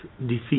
defeat